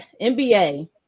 NBA